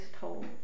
told